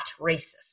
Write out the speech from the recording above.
racist